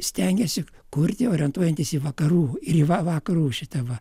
stengiasi kurti orientuojantis į vakarų ir į va vakarų šitą va